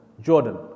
Jordan